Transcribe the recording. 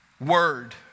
Word